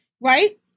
right